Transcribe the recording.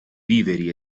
viveri